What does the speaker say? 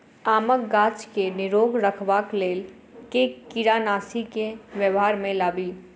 आमक गाछ केँ निरोग रखबाक लेल केँ कीड़ानासी केँ व्यवहार मे लाबी?